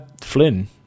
Flynn